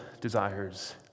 desires